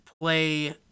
play